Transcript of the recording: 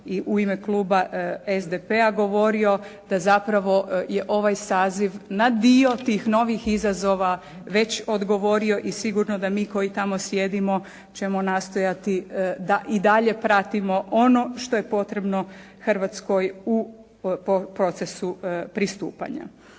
u ime kluba SDP-a govorio da zapravo je ovaj saziv na dio tih novih izazova već odgovorio i sigurno da mi koji tamo sjedimo ćemo nastojati da i dalje pratimo ono što je potrebno Hrvatskoj u procesu pristupanja.